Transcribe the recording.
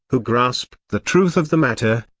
who grasped the truth of the matter,